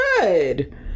good